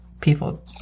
people